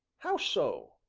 how so?